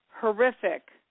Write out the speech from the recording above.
horrific